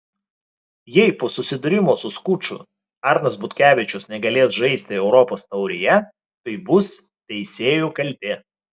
jei po susidūrimo su skuču arnas butkevičius negalės žaisti europos taurėje tai bus teisėjų kaltė